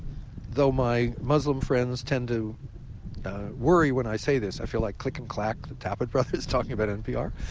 though my muslim friends tend to worry when i say this i feel like click and clack, the tappet brothers talking about npr